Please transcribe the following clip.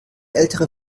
ältere